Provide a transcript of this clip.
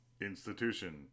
Institution